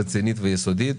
רצינית ויסודית.